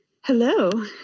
Hello